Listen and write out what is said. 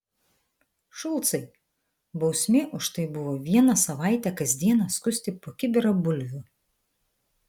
šulcai bausmė už tai buvo vieną savaitę kas dieną skusti po kibirą bulvių